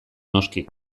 noski